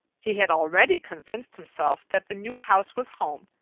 he had already convinced himself that the new house was home,